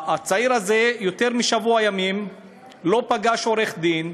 הצעיר הזה יותר משבוע ימים לא פגש עורך-דין,